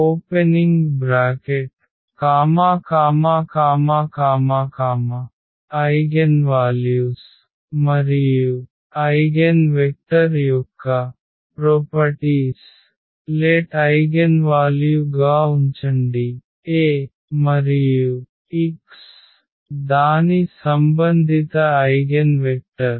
eigenvalues మరియు eigenvector యొక్క లక్షణాలు లెట్ ఐగెన్వాల్యు గా ఉంచండి A మరియు x దాని సంబంధిత ఐగెన్ వెక్టర్